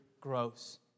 grows